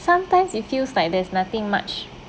sometimes you feels like there's nothing much